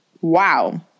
wow